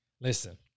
Listen